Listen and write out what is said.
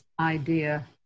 idea